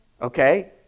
Okay